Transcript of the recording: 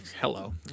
Hello